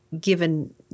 given